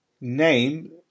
name